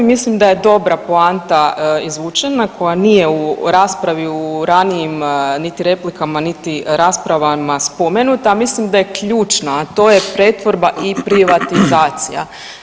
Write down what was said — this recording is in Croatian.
Mislim da dobra poanta izvučena koja nije u raspravi u ranijim, niti replikama, niti raspravama spomenuta, mislim da je ključna, a to je pretvorba i privatizacija.